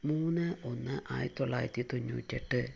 മൂന്ന് ഒന്ന് ആയിരത്തി തൊള്ളായിരത്തി തൊണ്ണൂറ്റെട്ട്